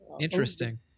interesting